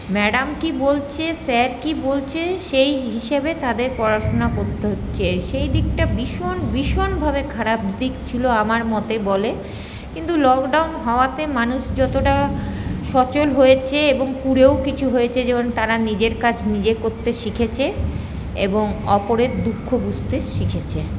madam কি বলছে sir কি বলছে সেই হিসেবে তাদের পড়াশোনা করতে হচ্ছে সেইদিকটা ভীষণ ভীষণভাবে খারাপ দিক ছিল আমার মতে বলে কিন্তু লকডাউন হওয়াতে মানুষ যতটা সচল হয়েছে এবং কুঁড়েও কিছু হয়েছে যেমন তারা নিজের কাজ নিজে করতে শিখেছে এবং অপরের দুঃখ বুঝতে শিখেছে